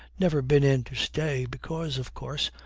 never been in to stay, because, of course,